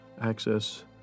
access